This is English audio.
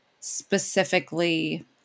specifically